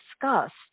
discussed